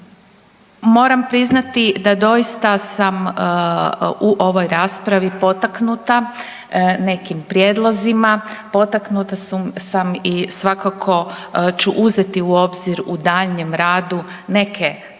Moram priznati da doista sam u ovoj raspravi potaknuta nekim prijedlozima, potaknuta sam i svakako ću uzeti u obzir u daljnjem radu neke današnje